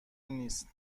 نیست